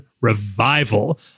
revival